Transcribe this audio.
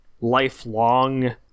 lifelong